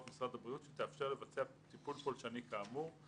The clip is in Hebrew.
משרד הבריאות שתאפשר לבצע טיפול פולשני כאמור.